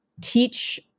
teach